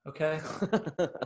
Okay